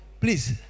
please